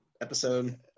episode